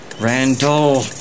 Randall